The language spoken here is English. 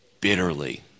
bitterly